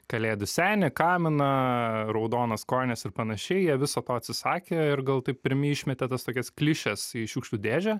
kalėdų senį kaminą raudonas kojines ir panašiai jie viso to atsisakė ir gal taip pirmi išmetė tas tokias klišes į šiukšlių dėžę